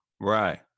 Right